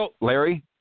Larry